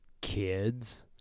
kids